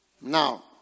Now